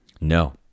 No